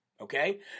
Okay